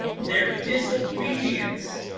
their disobedience